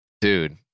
Dude